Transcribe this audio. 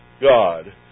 God